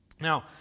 Now